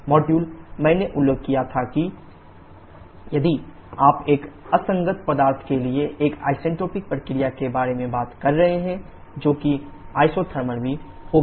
module मैंने उल्लेख किया था कि यदि आप एक असंगत पदार्थ के लिए एक आइसेंट्रोपिक प्रक्रिया के बारे में बात कर रहे हैं जो कि आइसोथर्मल में भी होगा